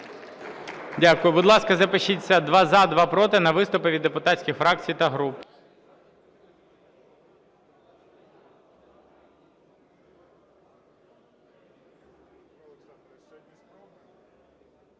Дякую. Будь ласка, запишіться: два – за, два – проти, на виступи від депутатських фракцій та груп.